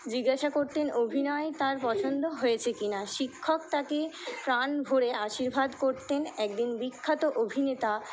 জিজ্ঞাসা করতেন অভিনয় তার পছন্দ হয়েছে কি না শিক্ষক তাকে প্রাণ ভরে আশীর্বাদ করতেন একদিন বিখ্যাত অভিনেতা